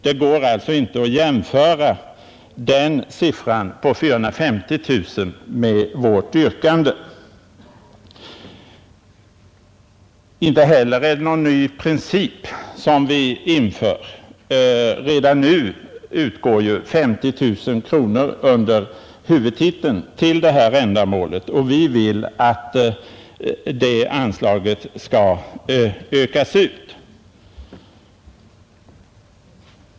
Det går alltså inte att jämföra siffran 450 000 med vårt yrkande. Inte heller är det någon ny princip som vi inför. Redan nu utgår ju 50 000 kronor under huvudtiteln till detta ändamål, och vi vill att det anslaget skall ökas ut.